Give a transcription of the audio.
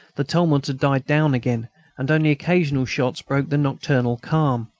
the tumult had died down again and only occasional shots broke the nocturnal calm.